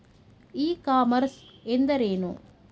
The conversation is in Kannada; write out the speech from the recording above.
ಇ ಕಾಮರ್ಸ್ ಎಂದರೇನು?